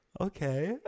Okay